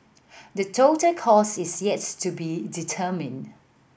the total cost is yet to be determined